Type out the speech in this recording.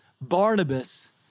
Barnabas